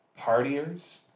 partiers